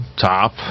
Top